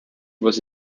was